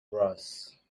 brass